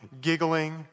giggling